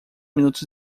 minutos